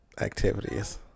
activities